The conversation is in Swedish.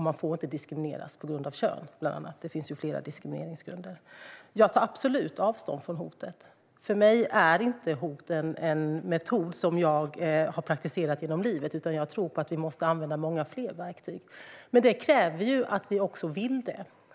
Man får inte diskrimineras på grund av kön, bland annat - det finns flera diskrimineringsgrunder. Jag tar absolut avstånd från hotet. Hot är inte en metod som jag har praktiserat genom livet, utan jag tror på att vi måste använda många fler verktyg. Men detta kräver att vi vill det.